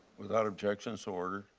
without objection so ordered.